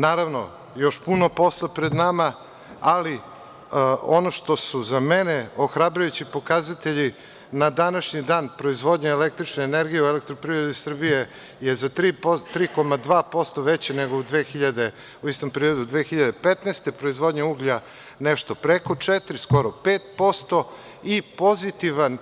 Naravno, još puno posla pred nama, ali ono što su za mene ohrabrujući pokazatelji na današnji dan proizvodnja električne energije u Elektroprivredi Srbije je za 3,2% veći nego u istom periodu 2015. godine, proizvodnja uglja nešto preko 4%, skoro 5% i pozitivan